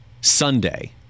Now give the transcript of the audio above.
Sunday